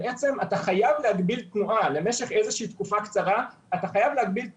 אתה חייב להגביל תנועה למשך תקופה קצרה בין